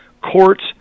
courts